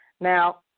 Now